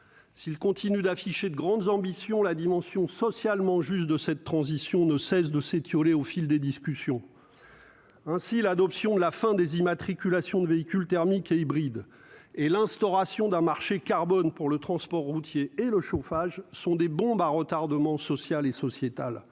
s'il continue d'afficher de grandes ambitions, la dimension socialement juste de cette transition ne cesse de s'étioler au fil des discussions ainsi l'adoption, la fin des immatriculations de véhicules thermiques hybrides et l'instauration d'un marché carbone pour le transport routier et le chauffage sont des bombes à retardement sociale et sociétale,